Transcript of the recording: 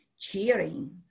Cheering